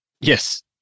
Yes